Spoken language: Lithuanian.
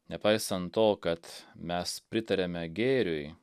nepaisant to kad mes pritariame gėriui